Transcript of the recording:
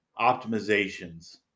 optimizations